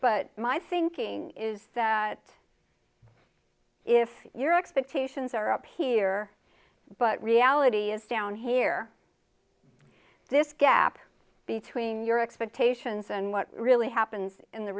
but my thinking is that if your expectations are up here but reality is down here this gap between your expectations and what really happens in the